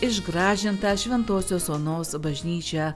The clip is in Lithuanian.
išgražintą šventosios onos bažnyčią